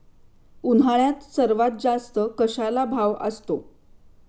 उन्हाळ्यात सर्वात जास्त कशाला भाव असतो?